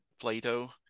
Plato